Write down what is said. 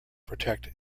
protect